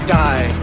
die